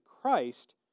Christ